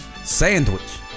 sandwich